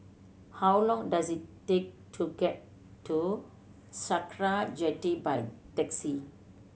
how long does it take to get to Sakra Jetty by taxi